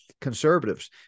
conservatives